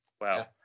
Wow